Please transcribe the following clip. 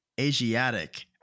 Asiatic